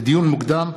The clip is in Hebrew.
לדיון מוקדם,